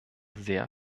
sehr